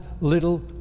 little